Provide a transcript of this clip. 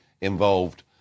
involved